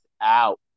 out